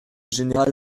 général